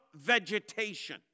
vegetation